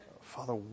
Father